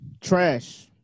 Trash